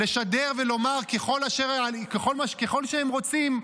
לשדר ולומר ככל שהם רוצים,